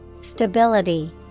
Stability